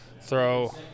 throw